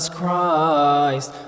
Christ